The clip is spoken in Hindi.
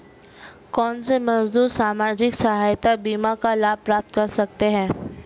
कौनसे मजदूर सामाजिक सहायता बीमा का लाभ प्राप्त कर सकते हैं?